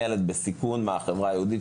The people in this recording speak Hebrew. אני בעצמי ילד בסיכון מהחברה היהודית.